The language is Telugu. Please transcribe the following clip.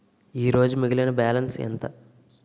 ఈరోజు మిగిలిన బ్యాలెన్స్ ఎంత?